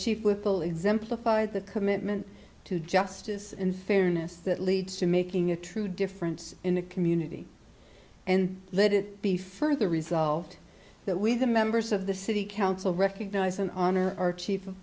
exemplified the commitment to justice and fairness that leads to making a true difference in a community and that it be further resolved that we the members of the city council recognize and honor our chief of